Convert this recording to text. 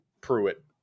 Pruitt